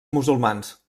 musulmans